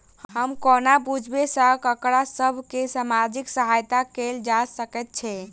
हम कोना बुझबै सँ ककरा सभ केँ सामाजिक सहायता कैल जा सकैत छै?